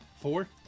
Four